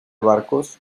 barcos